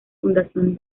fundación